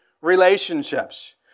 relationships